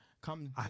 come